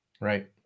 Right